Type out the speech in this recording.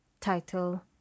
Title